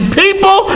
people